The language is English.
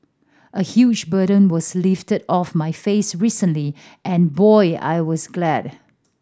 a huge burden was lifted off my face recently and boy I was glad